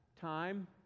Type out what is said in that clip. time